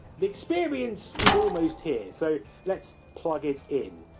the experience is almost here, so let's plug it in.